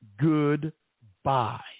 goodbye